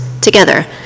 together